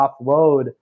offload